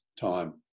time